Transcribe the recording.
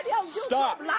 Stop